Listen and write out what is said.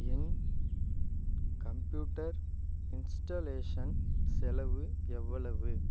என் computer installation செலவு எவ்வளவு